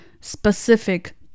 specific